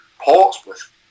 Portsmouth